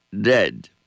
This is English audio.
dead